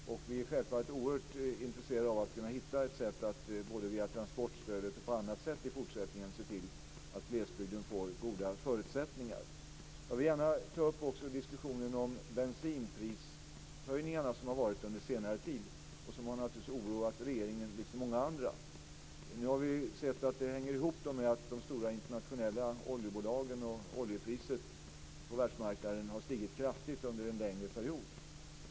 Vi är självfallet oerhört intresserade av att kunna hitta sätt att både via transportstödet och annat i fortsättningen se till att glesbygden får goda förutsättningar. Jag vill också gärna ta upp diskussionen om de bensinprishöjningar som skett under senare tid och som naturligtvis har oroat regeringen liksom många andra. Nu har vi sett att detta hänger ihop med de stora internationella oljebolagen och att oljepriset på världsmarknaden har stigit kraftigt under en längre period.